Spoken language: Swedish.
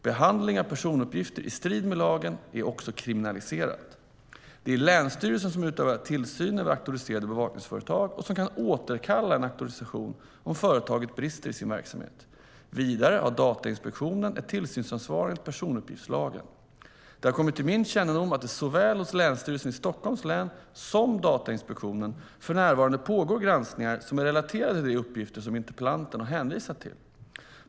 Behandling av personuppgifter i strid med lagen är också kriminaliserat. Det är länsstyrelsen som utövar tillsyn över auktoriserade bevakningsföretag och som kan återkalla en auktorisation om företaget brister i sin verksamhet. Vidare har Datainspektionen ett tillsynsansvar enligt personuppgiftslagen. Det har kommit till min kännedom att det hos såväl Länsstyrelsen i Stockholms län som Datainspektionen för närvarande pågår granskningar som är relaterade till de uppgifter som interpellanten har hänvisat till.